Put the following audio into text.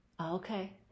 okay